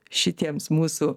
šitiems mūsų